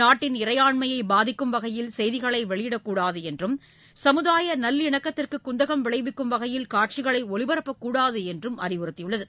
நாட்டின் இறையாண்மையை பாதிக்கும் வகையில் செய்திகளை வெளியிடக்கூடாது என்றும் சமுதாய நல்லிணக்கத்திற்கு குந்தகம் விளைவிக்கும் வகையில் காட்சிகளை ஒளிபரப்பக்கூடாது என்றும் அறிவுறுத்தியுள்ளது